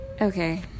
Okay